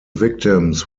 victims